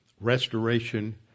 restoration